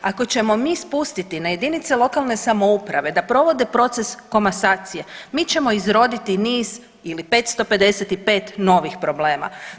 Ako ćemo mi spustiti na jedinice lokalne samouprave da provode proces komasacije mi ćemo izroditi niz ili 555 novih problema.